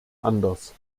anders